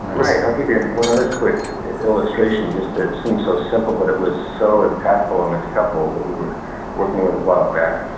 right. i'll give you one other quick illustration. it seems so simple but it was so impactful on this couple that we were working with a while back.